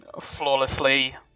flawlessly